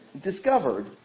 discovered